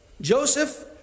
Joseph